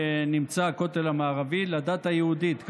לדת היהודית,